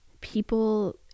people